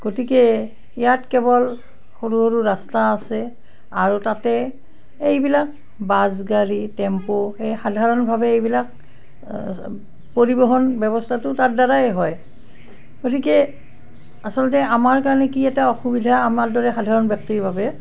গতিকে ইয়াত কেৱল সৰু সৰু ৰাস্তা আছে আৰু তাতে এইবিলাক বাছ গাড়ী টেম্পু এই সাধাৰণভাৱে এইবিলাক পৰিৱহণ ব্যৱস্থাটো তাৰ দ্বাৰাই হয় গতিকে আচলতে আমাৰ কাৰণে কি এটা অসুবিধা আমাৰ দৰে সাধাৰণ ব্যক্তিৰ বাবে